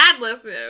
listen